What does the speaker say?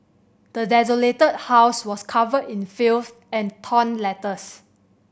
the desolated house was covered in filth and torn letters